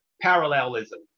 parallelism